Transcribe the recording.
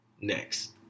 Next